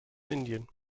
indien